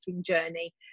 journey